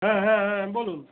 হ্যাঁ হ্যাঁ হ্যাঁ বলুন